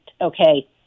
Okay